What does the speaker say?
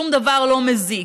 שום דבר לא מזיק.